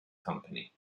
company